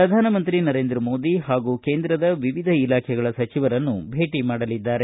ಪ್ರಧಾನಮಂತ್ರಿ ನರೇಂದ್ರ ಮೋದಿ ಹಾಗೂ ಕೇಂದ್ರದ ವಿವಿಧ ಇಲಾಖೆಗಳ ಸಚಿವರನ್ನು ಭೇಟಿ ಮಾಡಲಿದ್ದಾರೆ